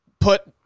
put